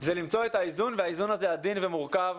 למצוא את האיזון, והאיזון הזה עדין ומורכב.